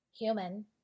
human